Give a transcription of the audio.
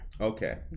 Okay